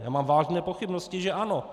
Já mám vážné pochybnosti, že ano.